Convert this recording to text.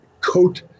coat